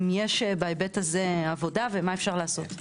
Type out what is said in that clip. האם יש בהיבט הזה עבודה ומה אפשר לעשות?